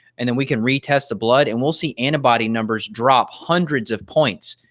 and then we can retest the blood and we'll see antibody numbers drop hundreds of points,